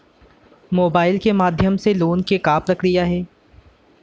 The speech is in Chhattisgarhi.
मोबाइल के माधयम ले लोन के का प्रक्रिया हे?